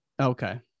Okay